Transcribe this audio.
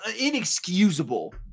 inexcusable